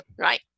right